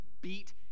beat